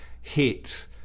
hit